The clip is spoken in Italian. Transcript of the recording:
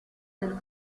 del